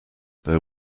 there